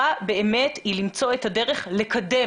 באופן טבעי הן צודקות מנקודת מבטן